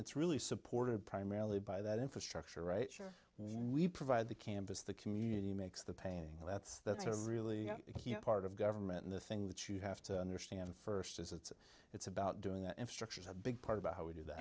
it's really supported primarily by that infrastructure right sure we provide the campus the community makes the paying that's that's a really key part of government the thing that you have to understand first is it's it's about doing that and structure is a big part about how we do that